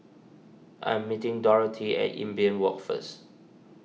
I'm meeting Dorothy at Imbiah Walk first